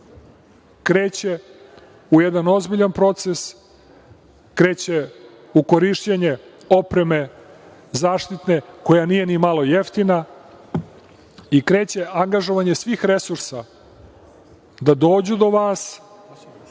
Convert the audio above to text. kreće u jedan ozbiljan proces, kreće u korišćenje zaštite, opreme koja nije ni malo jeftina, i kreće angažovanje svih resursa da dođu do vas,